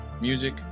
Music